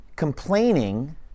complaining